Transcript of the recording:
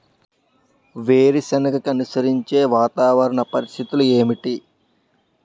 వేరుసెనగ కి అనుకూలించే వాతావరణ పరిస్థితులు ఏమిటి?